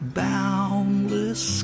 boundless